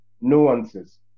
nuances